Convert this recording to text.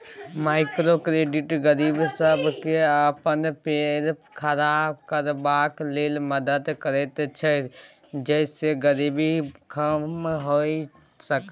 micro credit गरीब सबके अपन पैर खड़ा करबाक लेल मदद करैत छै जइसे गरीबी कम भेय सकेए